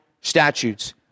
statutes